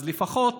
אז לפחות